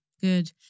Good